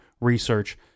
research